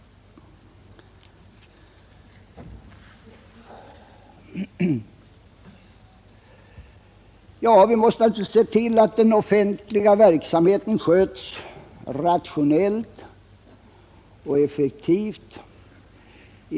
Vidare måste vi se till att den offentliga verksamheten sköts rationellt och effektivt.